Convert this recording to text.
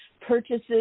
purchases